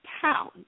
pound